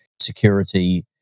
security